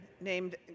named